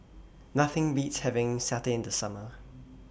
Nothing Beats having Satay in The Summer